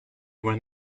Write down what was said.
went